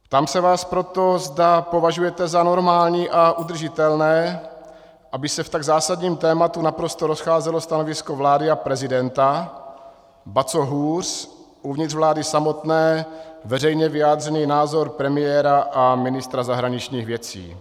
Ptám se vás proto, zda považujete za normální a udržitelné, aby se v tak zásadním tématu naprosto rozcházelo stanovisko vlády a prezidenta, ba co hůř, uvnitř vlády samotné veřejně vyjádřený názor premiéra a ministra zahraničních věcí.